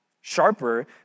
sharper